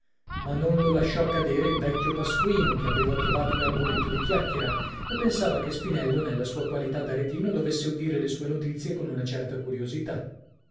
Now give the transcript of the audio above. ma non lo lasciò cadere il vecchio pasquino che aveva trovato un argomento di chiacchiera e pensava che spinello nella sua qualità d'aretino dovesse udire le sue notizie con una certa curiosità